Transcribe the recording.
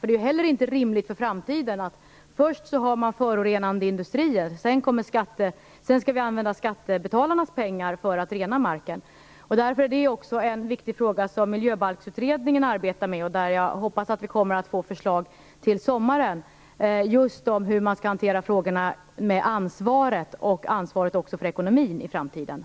Det är heller inte rimligt för framtiden att man först har förorenande industrier, och sedan skall vi använda skattebetalarnas pengar för att rena marken. Det är därför en viktig fråga som Miljöbalksutredningen arbetar med. Jag hoppas att vi kommer att få förslag till sommaren just om hur man skall hantera frågorna om ansvaret i framtiden, och även ansvaret för ekonomin.